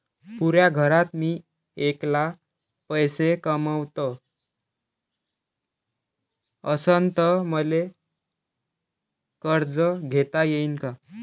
पुऱ्या घरात मी ऐकला पैसे कमवत असन तर मले कर्ज घेता येईन का?